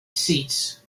seats